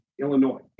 Illinois